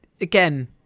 again